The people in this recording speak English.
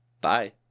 Bye